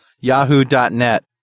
Yahoo.net